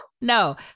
no